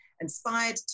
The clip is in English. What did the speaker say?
inspired